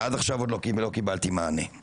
ועד עכשיו לא קיבלתי מענה.